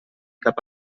cap